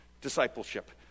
discipleship